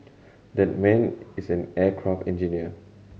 that man is an aircraft engineer